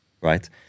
right